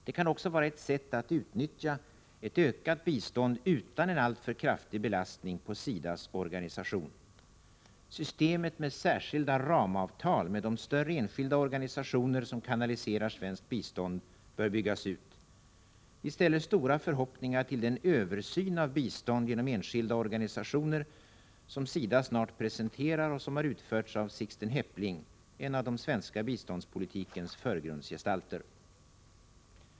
Det kan också vara ett sätt att utnyttja ett ökat bistånd utan en alltför kraftig belastning på SIDA:s organisation. Systemet med särskilda ramavtal med de större enskilda organisationer som kanaliserar svenskt bistånd bör byggas ut. Vi ställer stora förhoppningar på den översyn av bistånd genom enskilda organisationer som SIDA snart presenterar och som har utförts av Sixten Heppling, en av den svenska biståndspolitikens förgrundsgestalter.